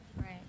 Right